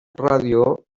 ràdio